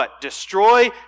destroy